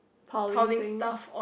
piling things